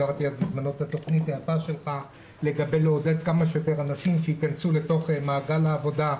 קראתי את התכנית היפה שלך לעודד כמה שיותר אנשים להיכנס למעגל העבודה.